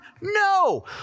No